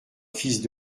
fils